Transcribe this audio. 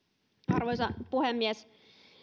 arvoisa puhemies